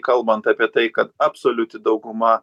kalbant apie tai kad absoliuti dauguma